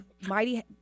Mighty